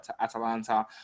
Atalanta